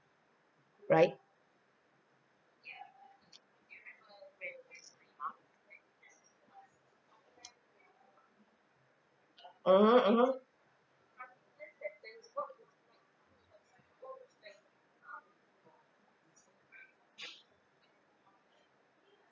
right mmhmm